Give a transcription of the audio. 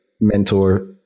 mentor